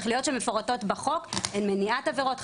תכליות שמפורטות בחוק הן מניעת עבירות,